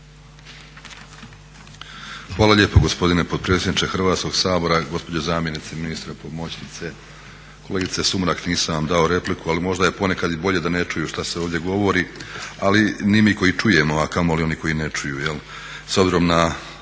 Hvala lijepa gospodine potpredsjedniče Hrvatskog sabora, gospođo zamjenice ministra, pomoćnice. Kolegice Sumrak nisam vam dao repliku ali možda je ponekad i bolje da ne čuju što se ovdje govori. Ali ni mi koji čujemo, a kamoli oni koji ne čuju jel'